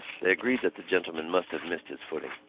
they agreed that the gentleman must have missed his footing.